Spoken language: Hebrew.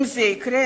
אם זה יקרה,